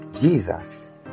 Jesus